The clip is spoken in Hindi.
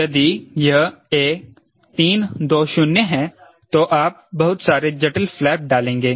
यदि यह A 320 है तो आप बहुत सारे जटिल फ्लैप डालेंगे